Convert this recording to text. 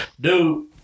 Dude